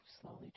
slowly